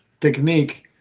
technique